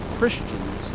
Christians